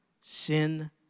sin